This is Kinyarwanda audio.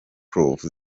proof